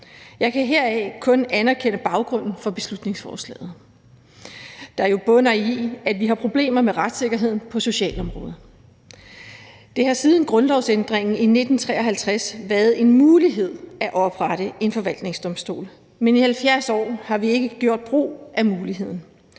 Jeg kan heraf kun anerkende baggrunden for beslutningsforslaget, der jo bunder i, at vi har problemer med retssikkerheden på socialområdet. Det har siden grundlovsændringen i 1953 været en mulighed at oprette en forvaltningsdomstol, men i 70 år har vi ikke gjort brug af muligheden,